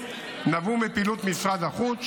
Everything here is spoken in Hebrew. נבעו מפעילות משרד החוץ,